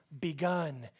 begun